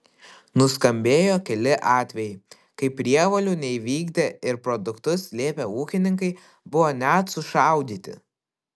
nuskambėjo keli atvejai kai prievolių neįvykdę ir produktus slėpę ūkininkai buvo net sušaudyti